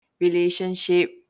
relationship